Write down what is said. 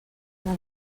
del